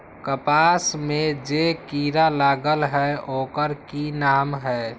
कपास में जे किरा लागत है ओकर कि नाम है?